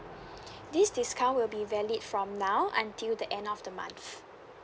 this discount will be valid from now until the end of the month